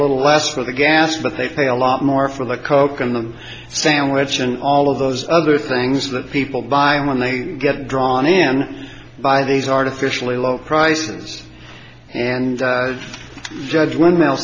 little less for the gas but they pay a lot more for the coke and the sandwich and all of those other things that people buy when they get drawn in and buy these artificially low prices and judge when ma